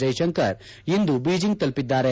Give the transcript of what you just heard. ಜೈಶಂಕರ್ ಇಂದು ಬೀಜಿಂಗ್ ತಲುಪಿದ್ದಾರೆ